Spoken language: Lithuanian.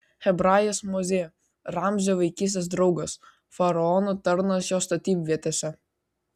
hebrajas mozė ramzio vaikystės draugas faraono tarnas jo statybvietėse